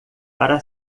para